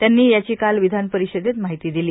त्यांनी याची काल विधानपरिषदेत माहिती दिली